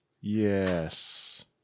Yes